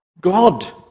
God